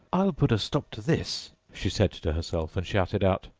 i'll put a stop to this she said to herself, and shouted out,